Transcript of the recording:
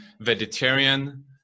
vegetarian